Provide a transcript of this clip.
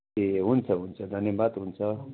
ए हुन्छ हुन्छ धन्यवाद हुन्छ